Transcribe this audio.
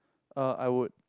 uh I would